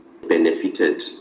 benefited